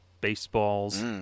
Baseballs